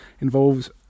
involves